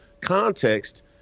context